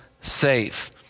safe